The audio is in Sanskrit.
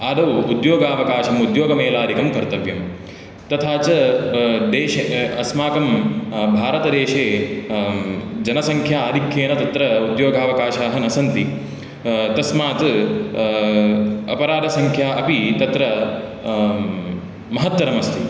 आदौ उद्योगावकाशं उद्योगमेलाधिकं कर्तव्यं तथा च देशे अस्माकं भारतदेशे जनसंख्या आधिक्येन तत्र उद्योगावकाशाः न सन्ति तस्मात् अपराधसंख्या अपि तत्र महत्तरमस्ति